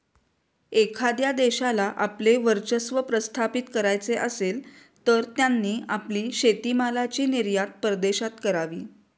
एखाद्या देशाला आपले वर्चस्व प्रस्थापित करायचे असेल, तर त्यांनी आपली शेतीमालाची निर्यात परदेशात करावी